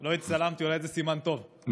לא הצטלמתי, אולי זה סימן טוב.